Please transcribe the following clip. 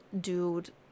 dude